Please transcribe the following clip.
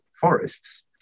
forests